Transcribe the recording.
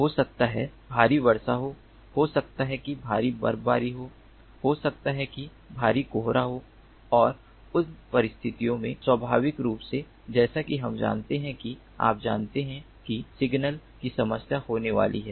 हो सकता है कि भारी वर्षा हो हो सकता है कि भारी बर्फबारी हो हो सकता है कि भारी कोहरा हो और उन परिस्थितियों में स्वाभाविक रूप से जैसा कि हम जानते हैं कि आप जानते हैं कि सिग्नल की समस्याएँ होने वाली हैं